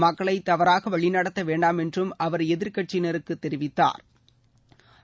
மக்களை தவறாக வழிநடத்த வேண்டாம் என்றும் அவர் எதிர் கட்சியினருக்கு தெரிவித்தாா்